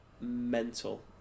mental